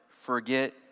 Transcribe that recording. forget